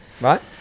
right